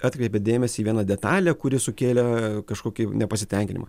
atkreipė dėmesį į vieną detalę kuri sukėlė kažkokį nepasitenkinimą